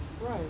Right